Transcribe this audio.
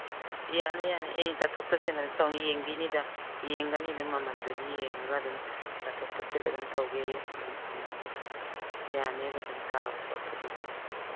ꯌꯥꯅꯤ ꯌꯥꯅꯤ ꯎꯝ ꯇꯥꯊꯣꯛ ꯇꯥꯁꯤꯟ ꯇꯧꯅꯤ ꯌꯦꯡꯕꯤꯅꯤꯗ ꯌꯦꯡꯒꯅꯤꯗ ꯃꯃꯟꯗꯨꯗꯤ ꯌꯦꯡꯉꯒ ꯑꯗꯨꯝ ꯇꯥꯊꯣꯛ ꯇꯥꯁꯤꯟ ꯑꯗꯨꯝ ꯇꯧꯒꯦ ꯑꯗꯨꯝ ꯃꯃꯟꯗꯨꯗꯤ ꯌꯥꯅꯦꯕ ꯑꯗꯨꯝ ꯇꯥꯕ ꯈꯣꯠꯄꯗꯨ ꯑꯗꯨꯝ